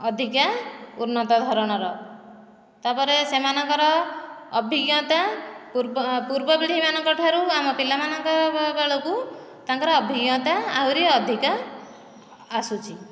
ଅଧିକା ଉନ୍ନତ ଧରଣର ତାପରେ ସେମାନଙ୍କର ଅଭିଜ୍ଞତା ପୂର୍ବ ପୂର୍ବ ପିଢ଼ୀ ମାନଙ୍କଠାରୁ ଆମ ପିଲାମାନଙ୍କ ବେଳକୁ ତାଙ୍କର ଅଭିଜ୍ଞତା ଆହୁରି ଅଧିକା ଆସୁଛି